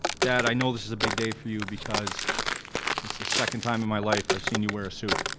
dad i know this is a big day for you because it's the second time in my life i've seen you wear a suit.